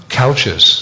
couches